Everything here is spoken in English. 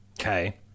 Okay